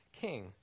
king